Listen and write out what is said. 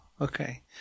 Okay